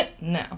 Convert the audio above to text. No